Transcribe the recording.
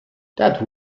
that